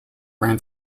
ran